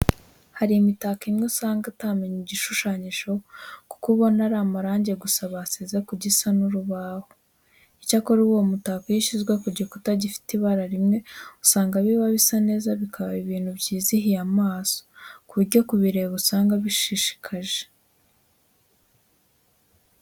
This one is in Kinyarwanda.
Hari imitako imwe usanga utamenya igishushanyijeho kuko ubona ari amarange gusa basize ku gisa n'urubaho. Icyakora iyo uwo mutako ushyizwe ku gikuta gifite ibara rimwe, usanga biba bisa neza, bikaba ibintu byizihiye amaso ku buryo kubireba usanga bishishikaje.